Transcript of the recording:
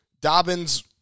Dobbins